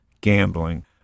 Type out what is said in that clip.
gambling